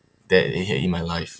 that hinder in my life ya